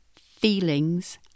feelings